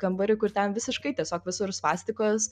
kambarį kur ten visiškai tiesiog visur svastikos